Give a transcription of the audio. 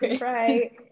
Right